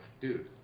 dude